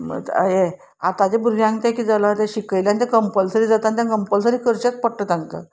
हें आतांच्या भुरग्यांक तें किदें जालां तें शिकयल्यान तें कंपलसरी जाता आनी तें कंपलसरी करचेंच पडटा तांकां